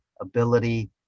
ability